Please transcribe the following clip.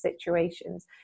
situations